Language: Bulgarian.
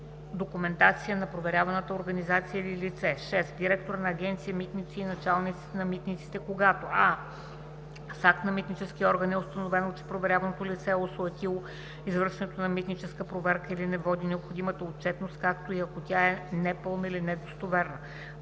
6. директора на Агенция „Митници“ и началниците на митниците, когато: а) с акт на митнически орган е установено, че проверяваното лице е осуетило извършването на митническа проверка или не води необходимата отчетност, както и ако тя е непълна или недостоверна;